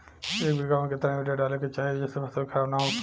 एक बीघा में केतना यूरिया डाले के चाहि जेसे फसल खराब ना होख?